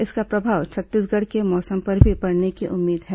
इसका प्रभाव छत्तीसगढ़ के मौसम पर भी पड़ने की उम्मीद है